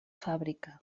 fàbrica